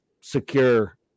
secure